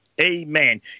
Amen